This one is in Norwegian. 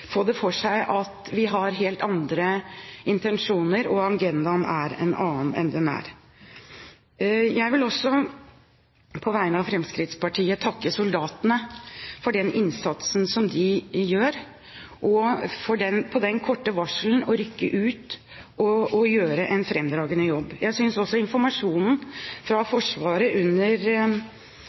det for seg at vi har helt andre intensjoner, og at agendaen er en annen enn det den er. Jeg vil også på vegne av Fremskrittspartiet takke soldatene for den innsatsen de gjør, og som på det korte varselet rykket ut, og som gjør en fremragende jobb. Jeg synes også informasjonen fra Forsvaret under